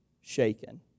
shaken